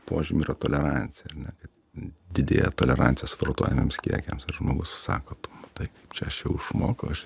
požymių yra tolerancija ar ne kad didėja tolerancija suvartojamiems kiekiams ir žmogus sako tu matai čia aš jau išmokau aš